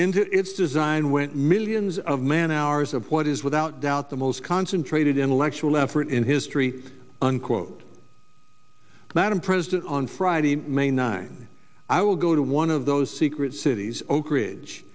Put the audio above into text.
into its design went millions of man hours of what is without doubt the most concentrated intellectual effort in history unquote madam president on friday may nine i will go to one of those secret cities oakridge